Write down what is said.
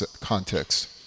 context